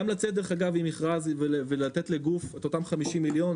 גם לצאת עם מכרז ולתת לגוף את אותם 50 מיליון.